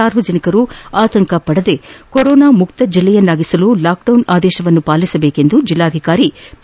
ಸಾರ್ವಜನಿಕರು ಯಾವುದೇ ಆತಂಕ ಪಡದೆ ಕೊರೊನಾ ಮುಕ್ತ ಜಿಲ್ಲೆಯನ್ನಾಗಿಸಲು ಲಾಕ್ಡೌನ್ ಆದೇಶವನ್ನು ಪಾಲಿಸುವಂತೆ ಜೆಲ್ಲಾಧಿಕಾರಿ ಪಿ